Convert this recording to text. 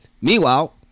Meanwhile